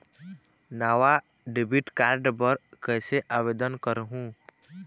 नावा debit card बर कैसे आवेदन करहूं?